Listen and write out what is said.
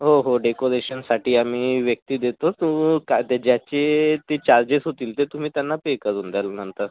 हो हो डेकोरेशनसाठी आम्ही व्यक्ती देतो तो काय त्या ज्याची ते चार्जेस होतील ते तुम्ही त्यांना पे करुन द्याल नंतर